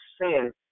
sin